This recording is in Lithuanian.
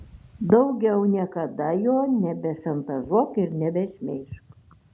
daugiau niekada jo nebešantažuok ir nebešmeižk